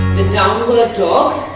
the downward dog.